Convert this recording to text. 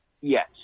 Yes